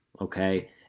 okay